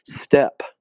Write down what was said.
step